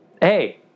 Hey